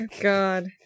God